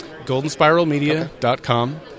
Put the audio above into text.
goldenspiralmedia.com